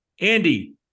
Andy